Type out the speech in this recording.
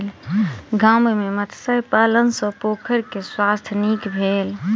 गाम में मत्स्य पालन सॅ पोखैर के स्वास्थ्य नीक भेल